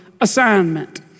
assignment